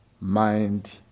mind